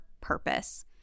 purpose